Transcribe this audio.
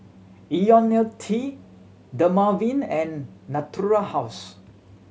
Ionil T Dermaveen and Natura House